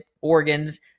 organs